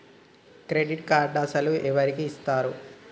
Credit కార్డులు అసలు ఎవరికి ఇస్తారు?